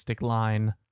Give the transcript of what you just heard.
line